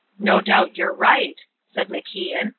no doubt you're right, said macian,